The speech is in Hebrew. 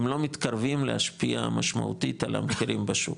הם לא מתקרבים להשפיע משמעותית על המחירים בשוק,